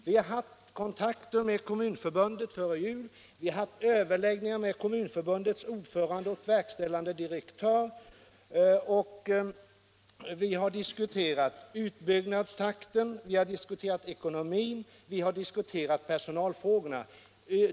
Vi hade kontakter med Kommunförbundet före jul, och vi har haft överläggningar med Kommunförbundets ordförande och dess verkställande direktör. Vi har med dem diskuterat utbyggnadstakten, ekonomin och personalfrågorna.